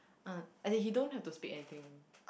um as in he don't have to speak anything